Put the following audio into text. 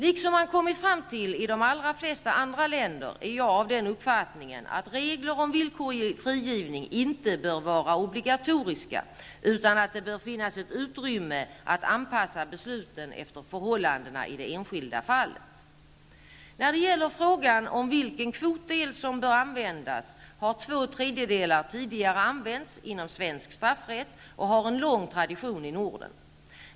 Liksom man kommit fram till i de allra flesta länder är jag av den uppfattningen att regler om villkorlig frigivning inte bör vara obligatoriska utan att det bör finnas ett utrymme att anpassa besluten efter förhållandena i det enskilda fallet. När det gäller frågan om vilken kvotdel som bör användas har två tredjedelar tidigare använts inom svensk straffrätt och har en lång tradition i Norden.